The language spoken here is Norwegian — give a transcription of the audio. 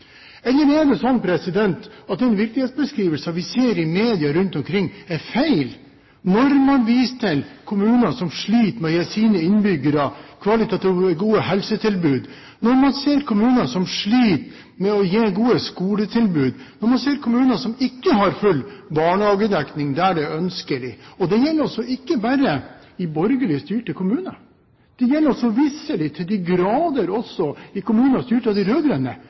eller fylkesting. Eller er det slik at den virkelighetsbeskrivelsen vi ser i medier rundt omkring, er feil, når man viser til kommuner som sliter med å gi sine innbyggere kvalitativt gode helsetilbud, når man ser kommuner som sliter med å gi gode skoletilbud, når man ser kommuner som ikke har full barnehagedekning der det er ønskelig? Det gjelder ikke bare i borgerlig styrte kommuner, det gjelder visselig til de grader i kommuner styrt av de